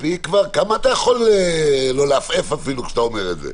כמה אתה יכול לא לעפעף אפילו כשאתה אומר את זה?